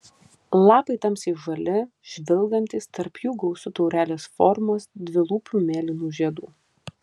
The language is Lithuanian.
lapai tamsiai žali žvilgantys tarp jų gausu taurelės formos dvilūpių mėlynų žiedų